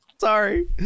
sorry